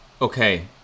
Okay